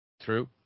True